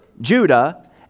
Judah